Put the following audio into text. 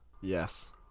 Yes